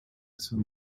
son